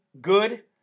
good